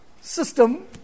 system